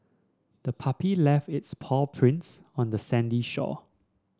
the puppy left its paw prints on the sandy shore